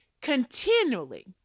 continually